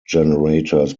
generators